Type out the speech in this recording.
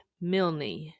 Milne